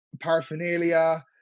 paraphernalia